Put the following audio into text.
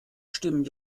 stimmen